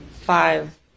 five